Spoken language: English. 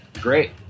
Great